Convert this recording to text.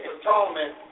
atonement